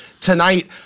tonight